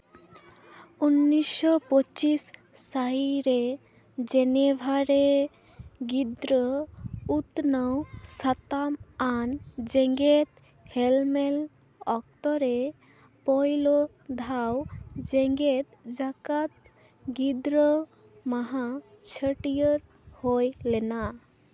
ᱩᱱᱤᱥᱥᱚ ᱯᱚᱸᱪᱤᱥ ᱥᱟᱹᱦᱤᱛ ᱨᱮ ᱡᱮᱱᱮᱵᱷᱟ ᱨᱮ ᱜᱤᱫᱽᱨᱟᱹ ᱩᱛᱱᱟᱹᱣ ᱥᱟᱛᱟᱢ ᱟᱱ ᱡᱮᱜᱮᱛ ᱦᱮᱞᱢᱮᱞ ᱚᱠᱛᱚ ᱨᱮ ᱯᱳᱭᱞᱳ ᱫᱷᱟᱣ ᱡᱮᱜᱮᱛ ᱡᱟᱠᱟᱛ ᱜᱤᱫᱽᱨᱟᱹ ᱢᱟᱦᱟ ᱪᱷᱟᱹᱴᱭᱟᱹᱨ ᱦᱩᱭ ᱞᱮᱱᱟ